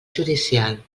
judicial